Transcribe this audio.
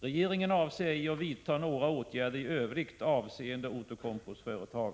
Regeringen avser ej att vidta några åtgärder i övrigt avseende Outokumpus företag.